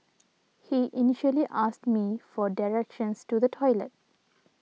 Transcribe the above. he initially asked me for directions to the toilet